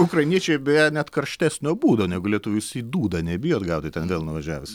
ukrainiečiai beje net karštesnio būdo negu lietuvis į dūdą nebijot gaudyt ten nuvažiavęs